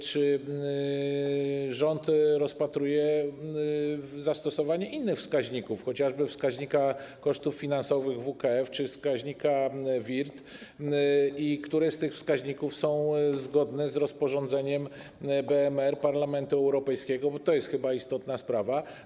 Czy rząd rozpatruje zastosowanie innych wskaźników, chociażby wskaźnika kosztów finansowych WKF czy wskaźnika WIRD, i które z tych wskaźników są zgodne z rozporządzeniem BMR Parlamentu Europejskiego, bo to jest chyba istotna sprawa?